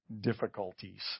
difficulties